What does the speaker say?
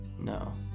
No